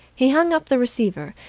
he hung up the receiver,